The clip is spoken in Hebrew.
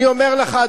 אני אומר לך,